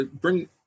bring